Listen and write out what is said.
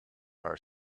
are